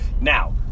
Now